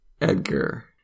Edgar